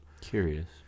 curious